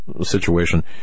situation